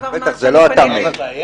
בטח, זה לא אתה מנהל את הועדה.